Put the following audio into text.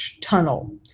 tunnel